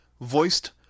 voiced